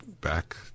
back